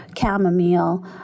chamomile